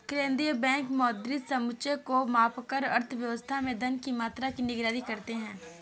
केंद्रीय बैंक मौद्रिक समुच्चय को मापकर अर्थव्यवस्था में धन की मात्रा की निगरानी करते हैं